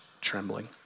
trembling